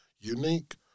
unique